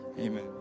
amen